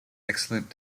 excellent